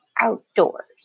outdoors